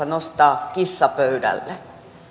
nostaa kissa pöydälle